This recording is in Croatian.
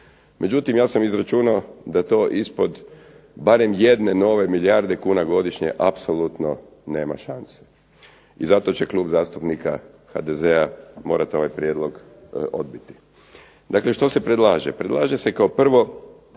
Međutim, ja sam izračunao da to ispod barem jedne nove milijarde kuna godišnje apsolutno nema šanse. I zato će Klub zastupnika HDZ-a morati ovaj prijedlog odbiti. Dakle što se predlaže? Predlaže se kao prvo